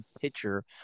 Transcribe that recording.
pitcher